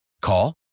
Call